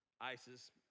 ISIS